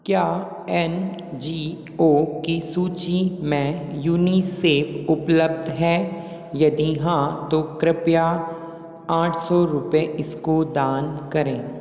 क्या एनजीओ की सूची में युनिसेफ़ उपलब्ध है यदि हाँ तो कृपया आठ सौ रुपये इसको दान करें